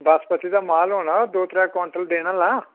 बासमती दा माल होना दौ त्रै क्वांटल देने आह्ला